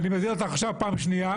אני מזהיר אותך עכשיו פעם שנייה.